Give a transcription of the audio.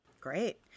Great